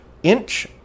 inch